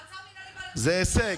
זה מעצר מינהלי, זה הישג.